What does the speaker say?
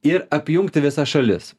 ir apjungti visas šalis